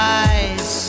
eyes